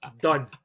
Done